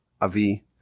Avi